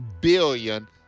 billion